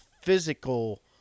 physical